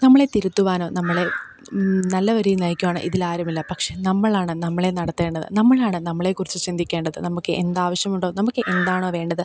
നമ്മളെ തിരുത്തുവാനോ നമ്മളെ നല്ലവരായി നയിക്കുവാനോ ഇതിൽ ആരുമില്ല പക്ഷെ നമ്മളാണ് നമ്മളെ നടത്തേണ്ടത് നമ്മളാണ് നമ്മളെ കുറിച്ചു ചിന്തിക്കേണ്ടത് നമുക്ക് എന്താവശ്യമുണ്ടോ നമുക്ക് എന്താണോ വേണ്ടത്